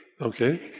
Okay